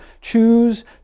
choose